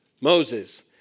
Moses